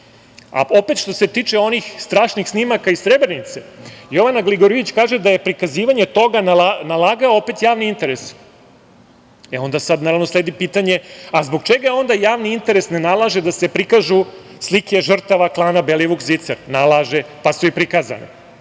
što se tiče onih strašnih snimaka iz Srebrenice, Jovana Gligorijević kaže da je prikazivanje toga nalagao opet javni interes. E onda sledi pitanje – a zbog čega je javni interes ne nalaže da se prikažu slike žrtava klana Belivuk-Zicer? Nalaže, pa su i prikazani.